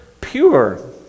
pure